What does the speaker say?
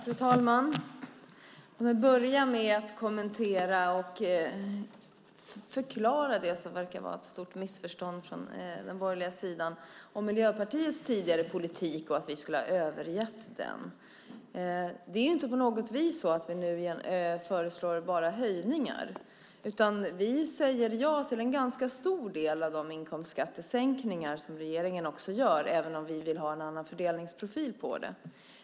Fru talman! Jag vill börja med att kommentera och förklara det som verkar vara ett stort missförstånd från den borgerliga sidan om Miljöpartiets tidigare politik och att vi skulle ha övergett den. Det är inte på något vis så att vi nu bara föreslår höjningar, utan vi säger ja till en ganska stor del av de inkomstskattesänkningar som regeringen också gör även om vi vill ha en annan fördelningsprofil på det.